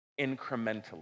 incrementally